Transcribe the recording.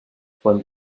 von